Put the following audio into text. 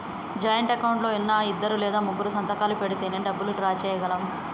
joint account లో ఉన్నా ఇద్దరు లేదా ముగ్గురూ సంతకాలు పెడితేనే డబ్బులు డ్రా చేయగలం